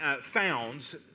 founds